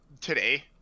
today